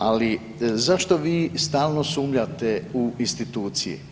Ali, zašto vi stalno sumnjate u institucije?